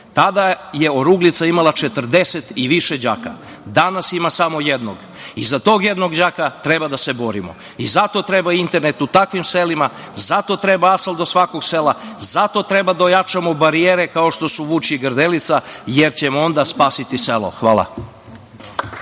Tada je Oruglica imala 40 i više đaka, danas ima samo jednog i za tog jednog đaka treba da se borimo. Zato treba internet u takvim selima. Zato treba asfalt do svakog sela. Zato treba da ojačamo barijere kao što su Vučje i Grdelica, jer ćemo onda spasiti selo. Hvala.